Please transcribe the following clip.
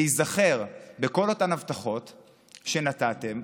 להיזכר בכל אותן הבטחות שנתתם,